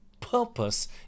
purpose